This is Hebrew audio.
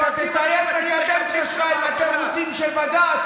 אתה תסיים את הקדנציה שלך עם התירוצים של בג"ץ.